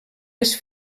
les